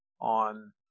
on